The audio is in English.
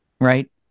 right